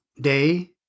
Day